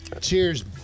Cheers